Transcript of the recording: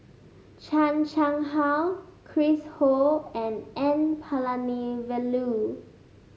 Chan Chang How Chris Ho and N Palanivelu